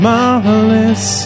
Marvelous